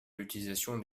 l’utilisation